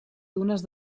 dunes